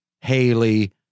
Haley